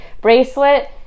bracelet